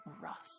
rust